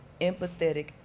empathetic